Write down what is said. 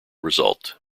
result